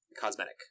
cosmetic